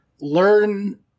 learn